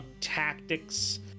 tactics